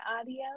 audio